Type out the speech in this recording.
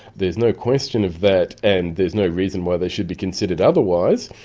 there's no question of that and there's no reason why they should be considered otherwise,